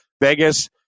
Vegas